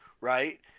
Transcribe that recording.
right